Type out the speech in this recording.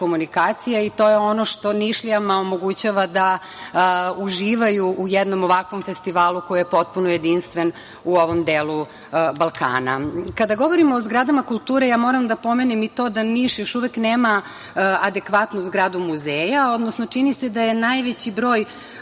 telekomunikacija i to je ono što Nišlijama omogućava da uživaju u jednom ovakvom festivalu koji je potpuno jedinstven u ovom delu Balkana. Kada govorimo o zgradama kulture, moram da pomenem i to da Niš još uvek nema adekvatnu zgradu muzeja, odnosno čini se da je najveći broj